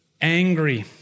angry